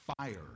fire